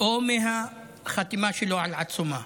או מהחתימה שלו על העצומה.